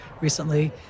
recently